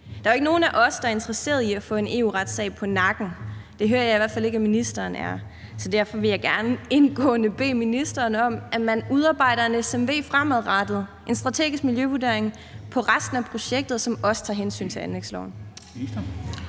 Der er jo ikke nogen af os, der er interesseret i at få en EU-retssag på nakken. Det hører jeg i hvert fald ikke at ministeren er. Så derfor vil jeg indtrængende bede ministeren om, at man udarbejder en SMV, en strategisk miljøvurdering, fremadrettet for resten af projektet, som også tager hensyn til anlægsloven.